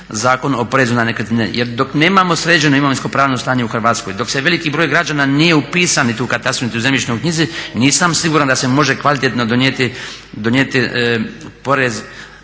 Zakon o porezu na nekretnine. Jer dok nemamo sređeno imovinsko-pravno stanje u Hrvatskoj, dok se veliki broj građana nije upisan niti u katastru, niti u zemljišnoj knjizi nisam siguran da se može kvalitetno donijeti porez